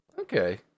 Okay